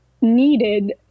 needed